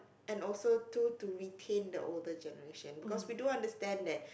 and also do to retain the older generation because we do understand that